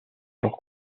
leurs